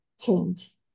change